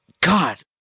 God